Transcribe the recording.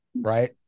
right